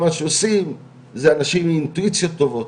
מה שעושים זה אנשים עם אינטואיציות טובות,